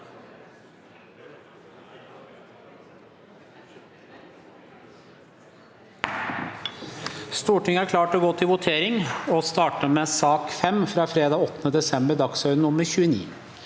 Stortinget klar til å gå til votering. Vi starter med sak nr. 5 fra fredag 8. desember, dagsorden nr. 29.